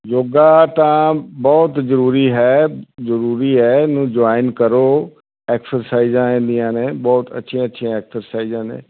ਯੋਗਾ ਤਾਂ ਬਹੁਤ ਜ਼ਰੂਰੀ ਹੈ ਜ਼ਰੂਰੀ ਹੈ ਇਹਨੂੰ ਜੁਆਇਨ ਕਰੋ ਐਕਸਰਸਾਈਜ਼ਾਂ ਇਹਦੀਆਂ ਨੇ ਬਹੁਤ ਅੱਛੀਆਂ ਅੱਛੀਆਂ ਐਕਸਸਾਈਜ਼ਾਂ ਨੇ